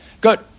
good